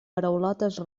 paraulotes